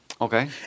Okay